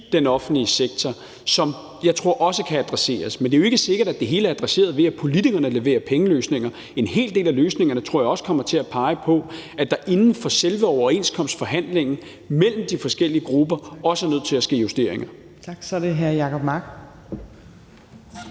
den offentlige sektor, som jeg tror også kan adresseres. Men det er jo ikke sikkert, at det hele er adresseret, ved at politikerne leverer pengeløsninger. En hel del af løsningerne tror jeg også kommer til at pege på, at der inden for selve overenskomstforhandlingen mellem de forskellige grupper også er nødt til at ske justeringer. Kl. 17:04 Fjerde næstformand